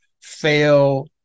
fail